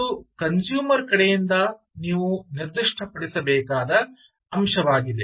ಇದು ಕನ್ಸೂಮರ್ ಕಡೆಯಿಂದ ನೀವು ನಿರ್ದಿಷ್ಟಪಡಿಸಬೇಕಾದ ಅಂಶವಾಗಿದೆ